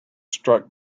struck